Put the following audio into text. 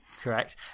Correct